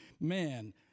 man